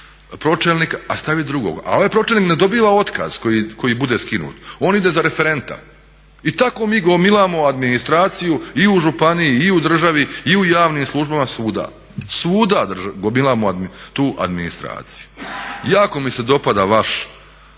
pročelnika a staviti drugog. Ali ovaj pročelnik ne dobiva otkaz koji bude skinut on ide za referenta. I tako mi gomilamo administraciju i u županiji i u državi i u javnim službama, svuda. Svuda gomilamo tu administraciju. Jako mi se dopada vaš